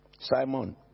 Simon